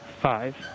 five